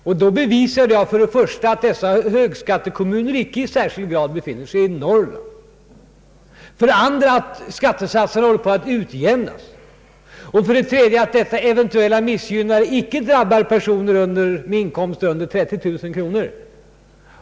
Jag bevisade för det första att högskattekommunerna icke i särskilt hög grad befinner sig i Norrland, för det andra att skattesatserna håller på att utjämnas och för det tredje att detta eventuella missgynnande icke drabbar personer med inkomster under 30 000 kronor.